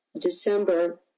December